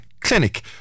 clinic